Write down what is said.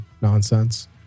nonsense